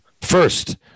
first